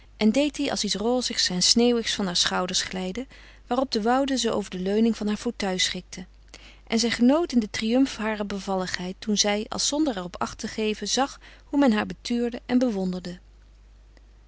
en deed die als iets rozigs en sneeuwigs van haar schouders glijden waarop de woude ze over de leuning van haar fauteuil schikte en zij genoot in den triumf harer bevalligheid toen zij als zonder er op acht te geven zag hoe men haar betuurde en bewonderde